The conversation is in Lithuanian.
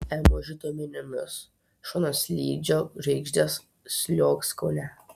ėmužio duomenimis šonaslydžio žvaigždės sliuogs kaune